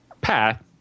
path